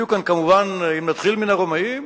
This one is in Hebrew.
היו כאן, כמובן, אם נתחיל מן הרומאים,